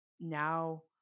now